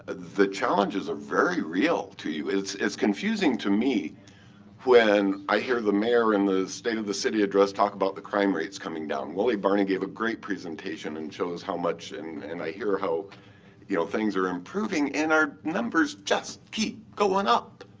ah the challenges are very real to you. it's it's confusing to me when i hear the mayor in the state of the city address talk about the crime rates coming down. willie barney gave a great presentation and showed us how much, and and i hear how you know things are improving and our numbers just keep going up.